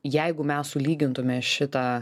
jeigu mes sulygintume šitą